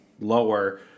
lower